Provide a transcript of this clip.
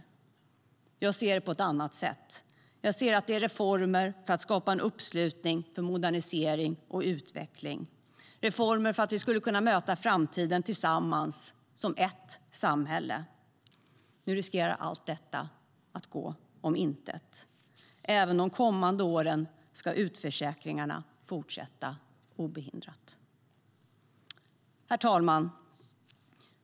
Jag ser det på ett annat sätt. Jag ser att det är reformer för att skapa uppslutning för modernisering och utveckling, reformer för att vi ska kunna möta framtiden tillsammans som ettHerr talman!